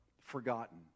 forgotten